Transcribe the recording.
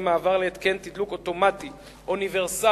מעבר להתקן תדלוק אוטומטי אוניברסלי,